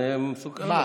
זה מסוכן מאוד.